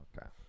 Okay